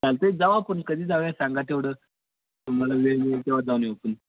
चालत आहे जाऊ आपण कधी जाऊया सांगा तेवढं तुम्हाला वेळ मिळंल तेव्हा जाऊन येऊ आपण